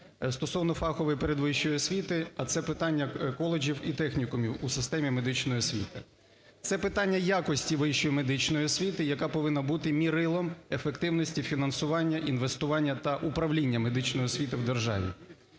стосовно фахової передвищої освіти, а це питання коледжів і технікумів у системі медичної освіти, це питання якості вищої медичної освіти, яка повинна бути мірилом ефективності фінансування, інвестування та управління медичної освіти в державі.